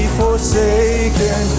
forsaken